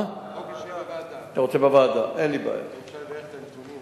ומה שנעשה בערב שבת כלפי